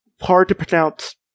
hard-to-pronounce